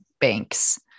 banks